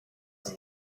and